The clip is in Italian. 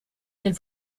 del